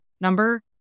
number